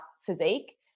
physique